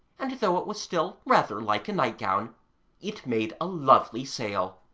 and though it was still rather like a nightgown it made a lovely sail.